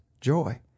joy